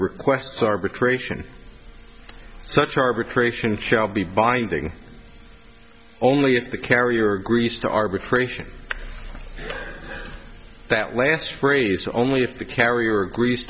requests arbitration such arbitration shall be binding only if the carrier agrees to arbitration that last phrase only if the carrier agrees